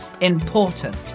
important